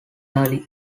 early